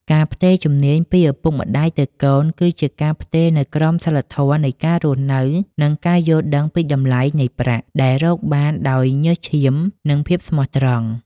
ការផ្ទេរជំនាញពីឪពុកម្ដាយទៅកូន គឺជាការផ្ទេរនូវក្រមសីលធម៌នៃការរស់នៅ និងការយល់ដឹងពីតម្លៃនៃប្រាក់ដែលរកបានដោយញើសឈាម និងភាពស្មោះត្រង់។